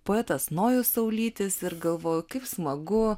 poetas nojus saulytis ir galvoju kaip smagu